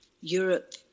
Europe